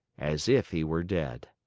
as if he were dead.